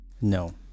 No